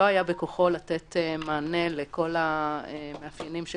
לא היה בכוחו לתת מענה לכל המאפיינים של